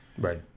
Right